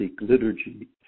liturgy